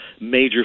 major